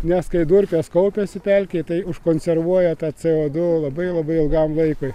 nes kai dulkės kaupiasi pelkėje tai užkonservuoja tą c o du labai labai ilgam laikui